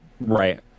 Right